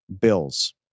Bills